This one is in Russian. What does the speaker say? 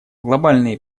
глобальные